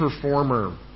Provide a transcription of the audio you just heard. performer